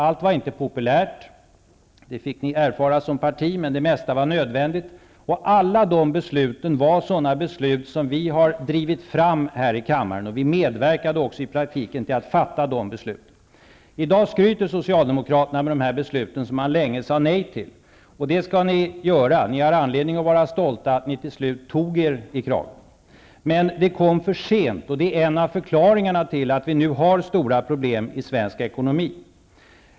Allt var inte populärt, det fick ni erfara som parti, men det mesta var nödvändigt. Alla de besluten var sådana beslut som vi har drivit fram här i kammaren. Vi har också medverkat i praktiken till att fatta dessa beslut. I dag skryter Socialdemokraterna med dessa beslut, som man länge sade nej till. Det skall ni göra, ni har all anledning att vara stolta för att ni till slut tog er i kragen. Men det kom för sent. Det är en av förklaringarna till att vi nu har stora problem i svensk ekonomi.